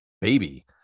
baby